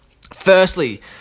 Firstly